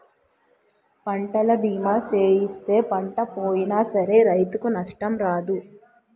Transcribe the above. పంటల బీమా సేయిస్తే పంట పోయినా సరే రైతుకు నష్టం రాదు